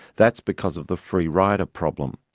that's because of the free rider problem.